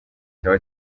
cyaba